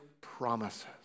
promises